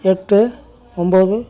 எட்டு ஒம்பது